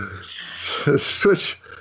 Switch